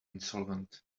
insolvent